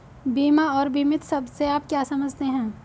बीमा और बीमित शब्द से आप क्या समझते हैं?